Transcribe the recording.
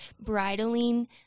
bridling